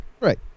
Right